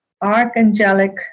archangelic